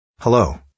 Hello